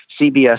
CBS